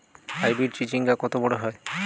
Hybrid চিচিংঙ্গা কত বড় হয়?